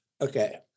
Okay